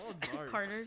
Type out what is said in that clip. Carter